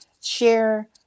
share